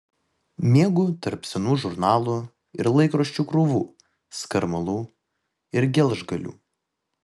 miegu tarp senų žurnalų ir laikraščių krūvų skarmalų ir gelžgalių